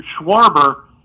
Schwarber